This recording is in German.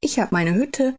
ich habe meine hütte